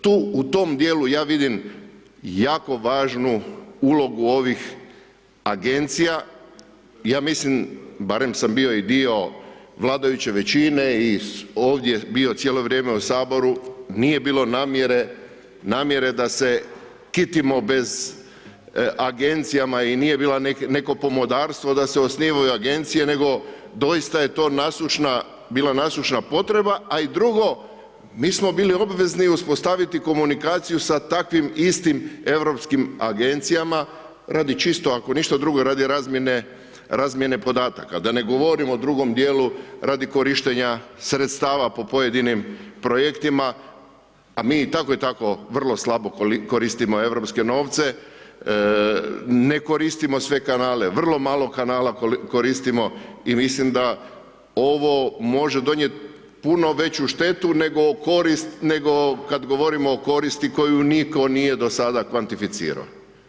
Tu u tom djelu ja vidim jako važnu ulogu ovih agencija, ja mislim barem sam bio i dio vladajuće većine i ovdje bio cijelo vrijeme u Saboru, nije bilo namjere da se kitimo agencijama i nije bilo neke pomodarstvo da se osnivaju agencije nego doista je to bila nasušna potreba a i drugo, mi smo bili obvezni uspostaviti komunikaciju sa takvim istim europskim agencijama radi čisto ako ništa drugo, radi razmjene podataka, da ne govorim o drugom djelu radi korištenja sredstava po pojedinim projektima a mi tako i tako vrlo slabo koristimo europske novce, ne koristimo sve kanale, vrlo malo kanala koristimo i mislim da ovo može donijet puno veću štetu nego korist, nego kad govorimo o koristi koju nitko nije do sada kvantificirao.